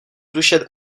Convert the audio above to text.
duše